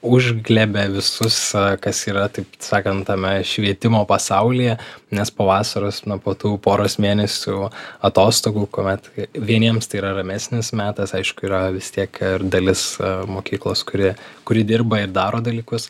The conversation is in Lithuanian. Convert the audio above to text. užglebia visus kas yra taip sakant tame švietimo pasaulyje nes po vasaros na po tų poros mėnesių atostogų kuomet vieniems tai yra ramesnis metas aišku yra vis tiek dalis mokyklos kuri kuri dirba ir daro dalykus